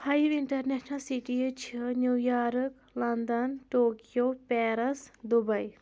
five international cities چھِ New York London Tokyo Paris Dubai